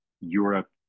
Europe